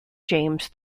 james